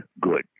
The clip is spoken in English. Good